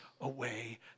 away